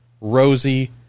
Rosie